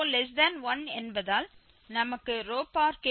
ρ1 என்பதால் நமக்கு k→0 வேண்டும் k→∞